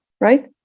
right